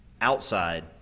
outside